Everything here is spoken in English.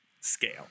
Scale